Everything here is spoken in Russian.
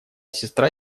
сестра